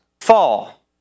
fall